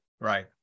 Right